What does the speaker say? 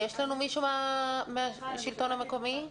יש לנו מישהו מן השלטון המקומי?